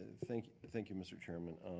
thank thank you, mr. chairman.